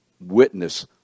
witness